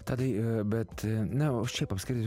tadai bet na o šiaip apskritai